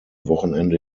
wochenende